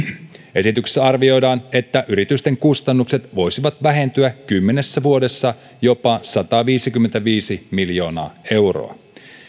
esityksessä arvioidaan että yritysten kustannukset voisivat vähentyä kymmenessä vuodessa jopa sataviisikymmentäviisi miljoonaa euroa